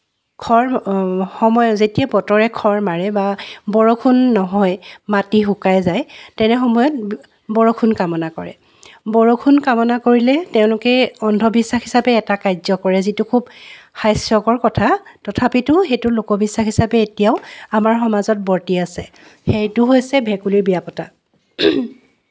খৰ সময় যেতিয়া বতৰে খৰ মাৰে বা বৰষুণ নহয় মাটি শুকাই যায় তেনে সময়ত ব বৰষুণ কামনা কৰে বৰষুণ কামনা কৰিলে তেওঁলোকে অন্ধবিশ্বাস হিচাপে এটা কাৰ্য কৰে যিটো খুব হাস্যকৰ কথা তথাপিতো সেইটো লোকবিশ্বাস হিচাপে এতিয়াও আমাৰ সমাজত বৰ্তি আছে সেইটো হৈছে ভেকুলীৰ বিয়া পতা